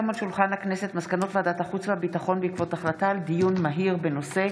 מסקנות ועדת החוץ והביטחון בעקבות דיון מהיר בנושא: